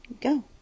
Go